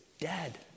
dead